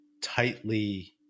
tightly